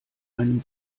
einem